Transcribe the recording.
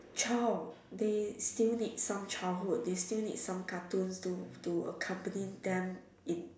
child they still need some childhood they still need some cartoons to to accompany them if